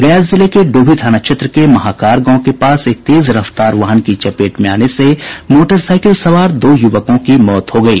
गया जिले के डोभी थाना क्षेत्र के महाकार गांव के पास एक तेज रफ्तार वाहन की चपेट में आने से मोटरसाइकिल सवार दो युवकों की मौत हो गयी